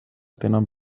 tenen